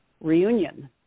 reunion